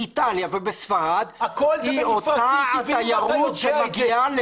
באיטליה ובספרד היא אותה תיירות שמגיעה לכאן.